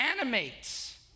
animates